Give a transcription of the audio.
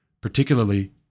particularly